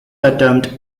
attempt